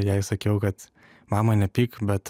jai sakiau kad mama nepyk bet